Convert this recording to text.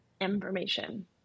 information